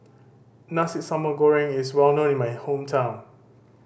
Nasi Sambal Goreng is well known in my hometown